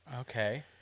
okay